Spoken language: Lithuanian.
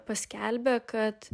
paskelbė kad